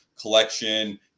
collection